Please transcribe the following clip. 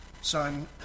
son